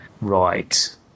Right